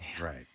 Right